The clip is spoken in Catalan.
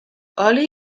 oli